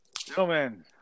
Gentlemen